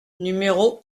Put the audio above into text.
numéro